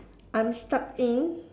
I'm stuck in